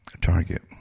target